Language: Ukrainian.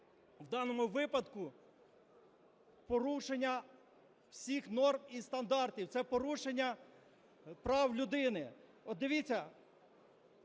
в даному випадку порушення всіх норм і стандартів, це порушення прав людини. От, дивіться,